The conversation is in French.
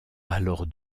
alors